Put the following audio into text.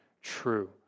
true